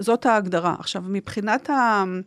זאת ההגדרה. עכשיו מבחינת ה...